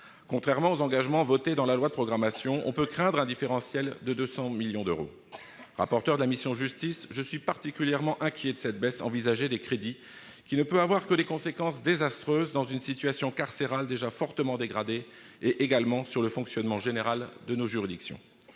Par rapport aux engagements votés dans la loi de programmation, on peut craindre un différentiel de 200 millions d'euros. Rapporteur de la mission « Justice », je suis particulièrement inquiet de cette baisse envisagée des crédits, qui ne peut qu'emporter des conséquences désastreuses sur une situation carcérale déjà fortement dégradée comme sur le fonctionnement général de nos juridictions.